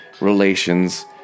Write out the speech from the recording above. relations